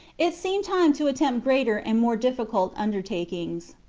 it seemed time to attempt greater and more difficult undertakings.